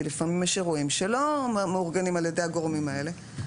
לפעמים יש אירועים שלא מאורגנים על-ידי הגורמים האלה.